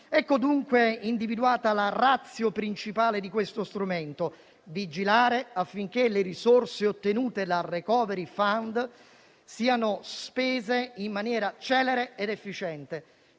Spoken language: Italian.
Ecco, dunque, individuata la *ratio* principale di questo strumento: vigilare affinché le risorse ottenute dal *recovery fund* siano spese in maniera celere ed efficiente.